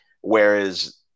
Whereas